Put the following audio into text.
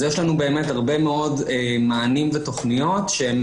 אז יש לנו באמת הרבה מאוד מענים ותכניות שהם